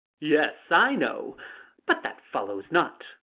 yes, i know but that follows not.